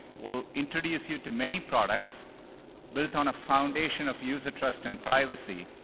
we'll introduce you to many products built on a foundation of user trust and privacy.